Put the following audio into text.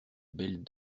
belles